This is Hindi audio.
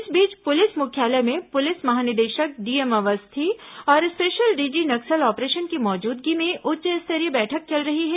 इस बीच पुलिस मुख्यालय में पुलिस महानिदेशक डीएम अवस्थी और स्पेशल डीजी नक्सल ऑपरेशन की मौजूदगी में उच्च स्तरीय बैठक चल रही है